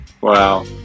Wow